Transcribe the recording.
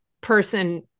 person